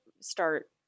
start